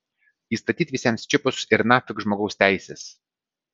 įstatyt visiems čipus ir nafik žmogaus teisės